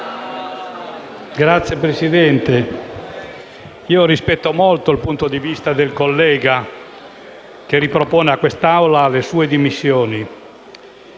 Signor Presidente, rispetto molto il punto di vista del collega che ripropone a quest'Assemblea le sue dimissioni,